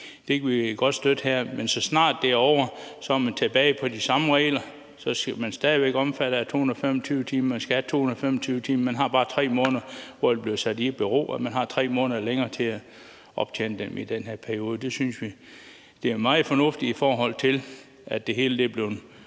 Det kan vi godt støtte her. Men så snart det er ovre, er man tilbage på de samme regler. Så er man stadig væk omfattet af 225-timersreglen, og man skal have 225 timer. Man har her bare 3 måneder, hvor det bliver sat i bero, og man har 3 måneder længere til at optjene dem i den her periode. Det synes vi er meget fornuftigt, i forhold til at det hele er